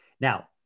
Now